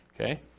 Okay